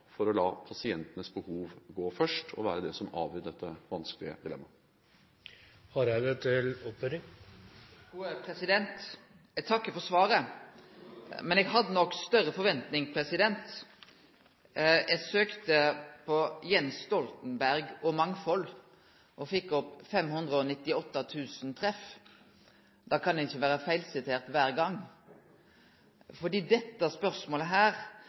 for å la pasientenes behov gå først og være det som avgjør dette vanskelige dilemmaet. Eg takkar for svaret, men eg hadde nok større forventningar. Eg søkte på «Jens Stoltenberg» og «mangfold», og fekk 598 000 treff. Da kan ein ikkje vere feilsitert kvar gong. Når regjeringa seier at svaret for legar er